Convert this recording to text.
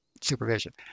supervision